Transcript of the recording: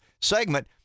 segment